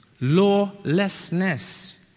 Lawlessness